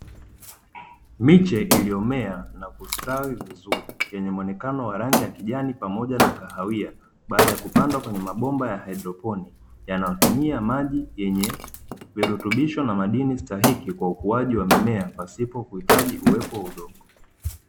Miche iliyomea na kustawi vizuri yenye muonekano wa rangi ya kijani pamoja na kahawia, baada ya kupandwa kwenye mabomba ya haidroponi yanayotumia maji yenye virutubisho na madini stahiki kwa ukuaji wa mimea pasipo kuhitaji uwepo wa udongo.